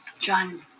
John